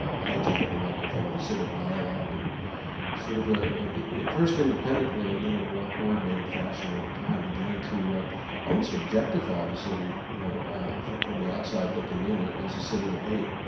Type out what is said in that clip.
hijack the microphone, the civic dialogue, and sort of ah at first independently, and then in a more coordinated fashion over time began to almost objectify the city you know from from the outside, looking in, ah as a city of hate.